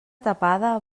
tapada